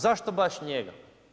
Zašto baš njega?